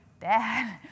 dad